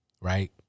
right